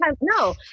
no